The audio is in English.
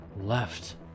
Left